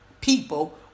people